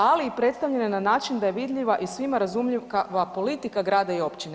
Ali i predstavljene na način da je vidljiva i svima razumljiva politika grada i općine.